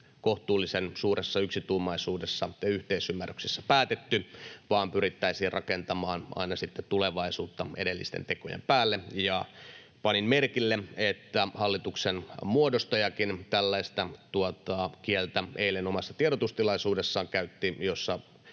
kohtuullisen suuressa yksituumaisuudessa ja yhteisymmärryksessä päätetty, vaan pyrittäisiin aina rakentamaan tulevaisuutta edellisten tekojen päälle. Panin merkille, että hallituksen muodostajakin tällaista kieltä käytti eilen omassa tiedotustilaisuudessaan,